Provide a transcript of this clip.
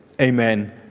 amen